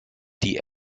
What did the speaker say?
die